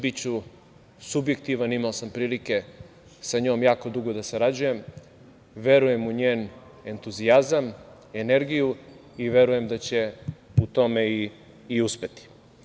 Biću subjektivan, imao sam prilike sa njom jako dugo da sarađujem, verujem u njen entuzijazam, energiju i verujem da će u tome i uspeti.